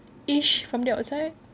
ish from the outside